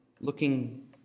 looking